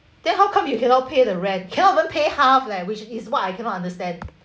then how come you cannot pay the rent cannot even pay half leh which is what I cannot understand